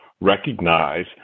recognize